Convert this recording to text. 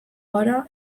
gara